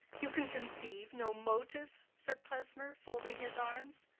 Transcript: you can conceive no motive? said klesmer, folding his arms.